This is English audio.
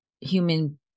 human